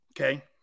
Okay